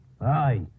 Aye